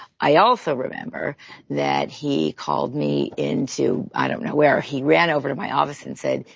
i also remember that he called me into, i don't know where. he ran over to my office and said,